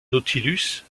nautilus